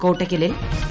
കോട്ടയ്ക്കലിൽ P